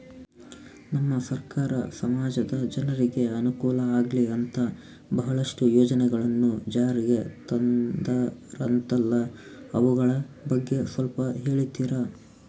ನಮ್ಮ ಸರ್ಕಾರ ಸಮಾಜದ ಜನರಿಗೆ ಅನುಕೂಲ ಆಗ್ಲಿ ಅಂತ ಬಹಳಷ್ಟು ಯೋಜನೆಗಳನ್ನು ಜಾರಿಗೆ ತಂದರಂತಲ್ಲ ಅವುಗಳ ಬಗ್ಗೆ ಸ್ವಲ್ಪ ಹೇಳಿತೀರಾ?